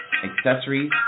accessories